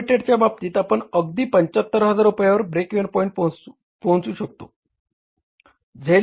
Ltd च्या बाबतीत आपण अगदी 75000 रुपयांवर ब्रेक इव्हन पॉईंटवर पोहचू शकतो